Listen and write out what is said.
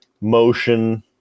motion